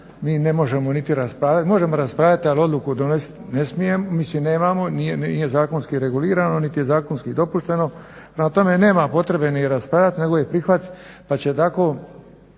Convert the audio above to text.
mine možemo niti raspravljati, možemo raspravljati ali odluku ne možemo donesti mislim nemamo nije zakonski regulirano niti je zakonski dopušteno. Prema tome nam potrebe ni raspravljati nego je prihvatiti pa će tako